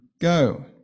Go